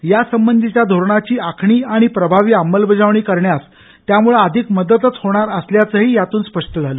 यासंबधीच्या धोरणाची आखणी आणि प्रभावी अंमलबजावणी करण्यास त्यामुळे अधिक मदतच होणार असल्याचही यातून स्पष्ट झालं